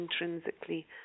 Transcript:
intrinsically